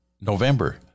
November